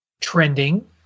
trending